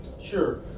Sure